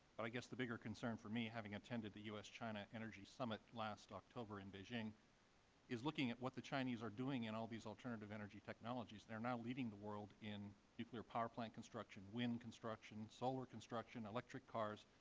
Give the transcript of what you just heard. i guess the bigger concern for me, having attended the s china energy summit last october in beijing is looking at what the chinese are doing in all these alternative energy technologies. they are now leading the world in nuclear power plant construction, wind construction, solar construction, electric cars.